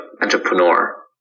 entrepreneur